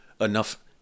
enough